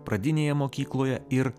pradinėje mokykloje ir